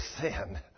sin